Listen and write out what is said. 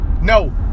No